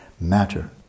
Matter